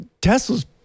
Tesla's